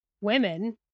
women